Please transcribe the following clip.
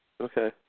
Okay